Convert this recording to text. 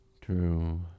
true